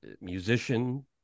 musician